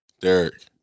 Derek